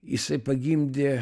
jisai pagimdė